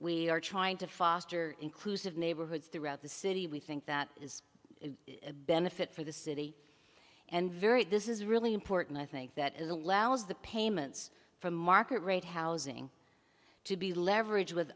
we are trying to foster inclusive neighborhoods throughout the city we think that is a benefit for the city and very this is really important i think that is allows the payments from market rate housing to be leveraged with